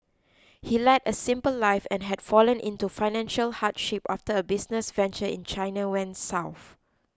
he led a simple life and had fallen into financial hardship after a business venture in China went south